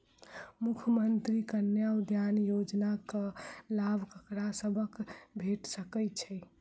मुख्यमंत्री कन्या उत्थान योजना कऽ लाभ ककरा सभक भेट सकय छई?